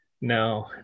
No